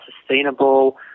sustainable